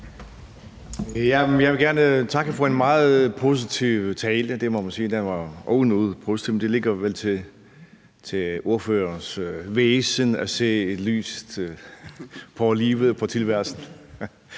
den var. Den var ovenud positiv, men det ligger vel til ordførerens væsen at se lyst på livet og på tilværelsen.